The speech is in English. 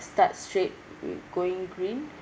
start straight wi~ going green